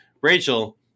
Rachel